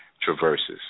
traverses